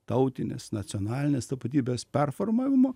tautinės nacionalinės tapatybės performavimo